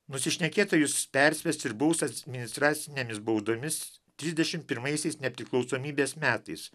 nusišnekėtojus perspės ir baus administracinėmis baudomis trisdešimt pirmaisiais nepriklausomybės metais